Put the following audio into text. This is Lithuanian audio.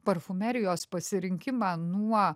parfumerijos pasirinkimą nuo